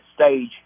stage